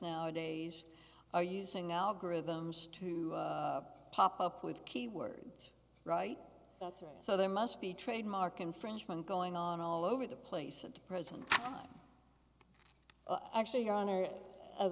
nowadays are using algorithms to pop up with keywords right that's right so there must be trademark infringement going on all over the place at the present time actually your honor as